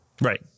Right